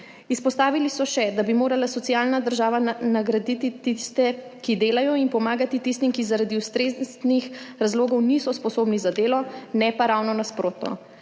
Izpostavili so še, da bi morala socialna država nagraditi tiste, ki delajo, in pomagati tistim, ki zaradi ustreznih razlogov niso sposobni za delo, ne pa ravno nasprotno.